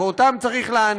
ואותם צריך להעניש,